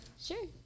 Sure